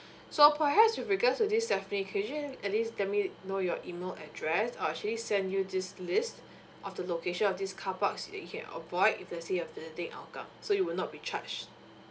so perhaps with regards to this stephanie could you at least let me know your email address I'll actually send you this list of the location of this carparks that you can avoid if let's say you're visiting hougang so you will not be charged